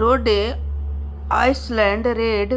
Rhode Island red,